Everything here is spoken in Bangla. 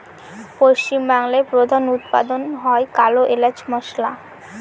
পশ্চিম বাংলায় প্রধান উৎপাদন হয় কালো এলাচ মসলা